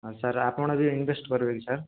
sir ଆପଣବି invest କରିବେ କି ସାର୍